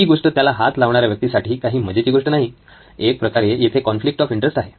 ही गोष्ट त्याला हात लावणाऱ्या व्यक्तीसाठी काही मजेची गोष्ट नाही एक प्रकारे येथे कॉन्फ्लिक्ट ऑफ इंटरेस्ट आहे